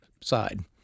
side